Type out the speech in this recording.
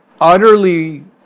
utterly